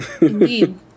Indeed